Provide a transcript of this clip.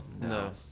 No